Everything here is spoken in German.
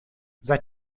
seit